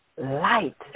light